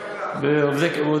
עובדי קבלן.